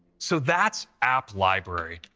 so that's app library.